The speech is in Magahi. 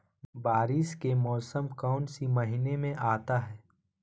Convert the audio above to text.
बारिस के मौसम कौन सी महीने में आता है?